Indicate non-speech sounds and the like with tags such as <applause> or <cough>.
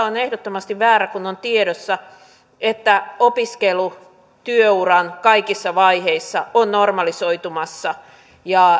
<unintelligible> on ehdottomasti väärä kun on tiedossa että opiskelu työuran kaikissa vaiheissa on normalisoitumassa ja